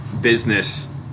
business